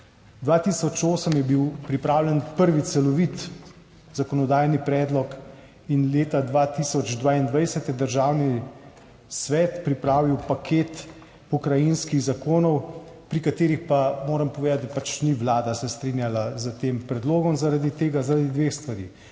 2008 je bil pripravljen prvi celovit zakonodajni predlog in leta 2022 je Državni svet pripravil paket pokrajinskih zakonov, pri katerih pa moram povedati, da se pač Vlada ni strinjala s tem predlogom, zaradi dveh stvari;